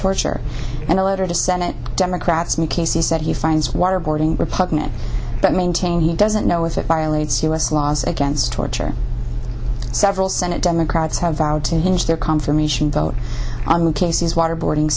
torture and a letter to senate democrats knew casey said he finds waterboarding repugnant but maintained he doesn't know if it violates u s laws against torture several senate democrats have vowed to hinge their confirmation vote on new cases waterboarding